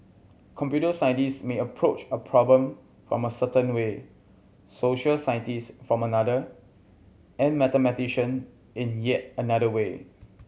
computer scientist may approach a problem from a certain way social scientist from another and mathematician in yet another way